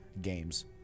games